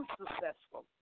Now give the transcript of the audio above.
successful